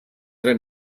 tre